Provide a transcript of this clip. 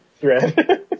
thread